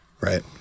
Right